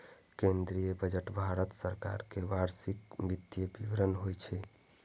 केंद्रीय बजट भारत सरकार के वार्षिक वित्तीय विवरण होइ छै